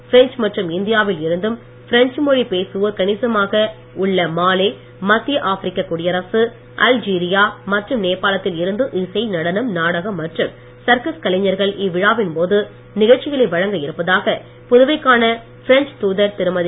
France மற்றும் இந்தியாவில் இருந்தும் பிரெஞ்மொழி பேசுவோர் கணிசமாக உள்ள மாலே மத்திய ஆப்பிரக்க குடியரசு அல்ஜீரியா மற்றும் நேபாளத்தில் இருந்து இசை நடனம் நாடகம் மற்றும் சர்க்கஸ் கலைஞர்கள் இவ்விழாவின் போது நிகழ்ச்சிகளை வழங்க இருப்பதாக புதுவைக்கான பிரெங்ச் தூதர் திருமதி